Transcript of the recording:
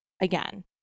again